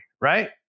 right